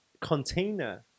container